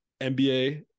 NBA